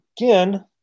again